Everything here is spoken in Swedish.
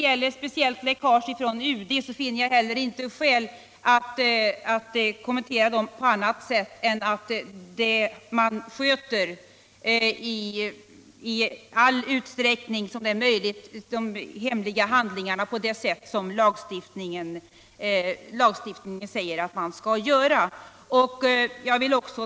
Talet om läckage från UD finner jag inte skäl att kommentera på annat sätt än genom att erinra om att man i all den utsträckning det är möjligt sköter de hemliga handlingarna så som lagstiftningen föreskriver.